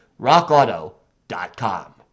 RockAuto.com